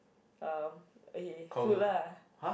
uh okay food lah